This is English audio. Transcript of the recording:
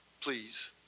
please